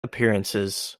appearances